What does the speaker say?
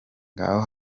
ngo